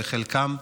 וחלקם,